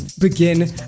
begin